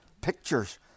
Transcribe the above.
pictures